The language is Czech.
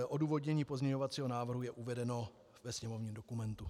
Odůvodnění pozměňovacího návrhu je uvedeno ve sněmovním dokumentu.